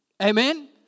Amen